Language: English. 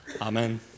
Amen